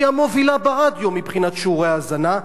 שהיא המובילה ברדיו מבחינת שיעורי ההאזנה.